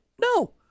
no